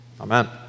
Amen